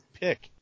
Pick